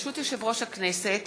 ברשות יושב-ראש הכנסת,